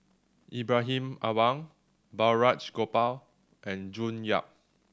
Ibrahim Awang Balraj Gopal and June Yap